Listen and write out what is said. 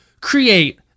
create